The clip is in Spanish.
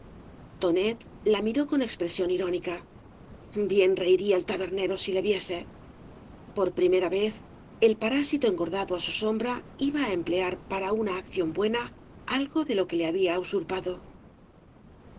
tonet la miró con expresióq irónica bien reiría el tabernero si le viese por primera vez el parásito engordado á su sombra iba á emplean para una acción buena algo de lo que le había usurpado